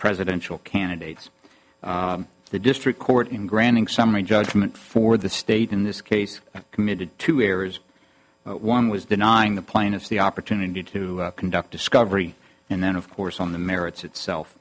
presidential candidates the district court in granting summary judgment for the state in this case committed two errors one was denying the plaintiff the opportunity to conduct discovery and then of course on the merits itself